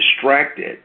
distracted